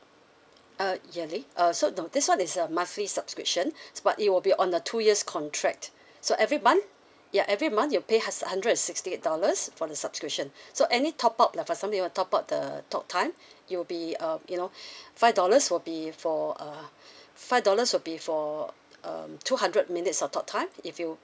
uh yearly uh so no this one is a monthly subscription but it will be on a two years contract so every month ya every month you pay us hundred and sixty eight dollars for the subscription so any top up like for example you want to top up the talk time it will be uh you know five dollars will be for uh five dollars would be for uh two hundred minutes of talk time if you